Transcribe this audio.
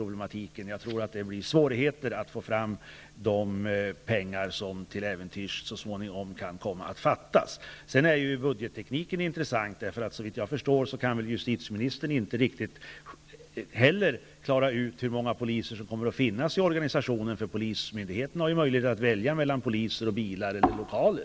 Jag tror att det kommer att bli svårigheter att få fram de pengar som till äventyrs kan komma att fattas. Sedan är ju budgettekniken intressant. Såvitt jag förstår kan väl inte heller justitieministern riktigt klara ut hur många poliser som kommer att finnas i organisationen. Polismyndigheten har ju möjlighet att välja mellan poliser, och bilar eller lokaler.